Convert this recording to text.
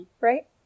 right